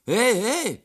ei ei